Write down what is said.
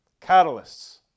Catalysts